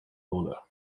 bowler